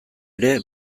ere